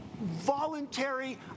voluntary